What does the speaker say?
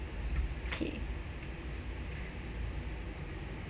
k